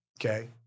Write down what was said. okay